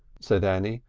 said annie.